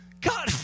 God